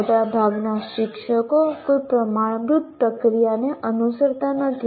મોટાભાગના શિક્ષકો કોઈ પ્રમાણભૂત પ્રક્રિયાને અનુસરતા નથી